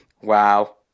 Wow